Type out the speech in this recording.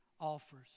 offers